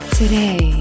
today